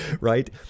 right